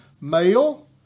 male